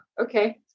okay